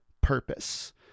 purpose